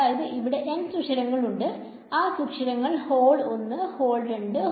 അതായഗ് ഇവിടെ n സുഷിരങ്ങൾ ഉണ്ടെങ്കിൽ ആ സുഷിരങ്ങളെ ഹോൾ 1 ഹോൾ 2